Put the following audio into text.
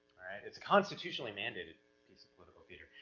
it's a constitutionally-mandated piece of political theater.